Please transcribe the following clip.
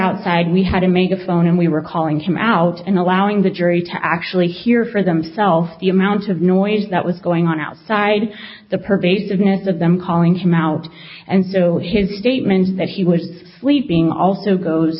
outside we had to make a phone and we were calling him out and allowing the jury to actually hear for themselves the amount of noise that was going on outside the pervasiveness of them calling him out and so his statement that he was sleeping also goes